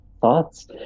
thoughts